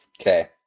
Okay